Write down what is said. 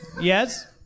yes